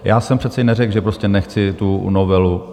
Já jsem přece neřekl, že prostě nechci tu novelu.